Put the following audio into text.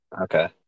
Okay